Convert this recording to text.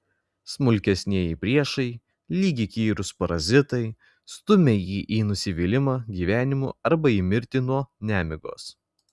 smulkesnieji priešai lyg įkyrūs parazitai stumią jį į nusivylimą gyvenimu arba į mirtį nuo nemigos